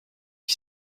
qui